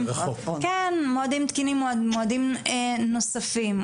מועדים נוספים,